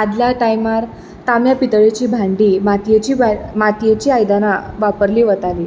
आदल्या टायमार तांब्या पितळची भांडी मातयेचीं आयदनां वापरलीं वतालीं